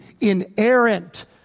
inerrant